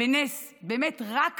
בנס, באמת רק בנס,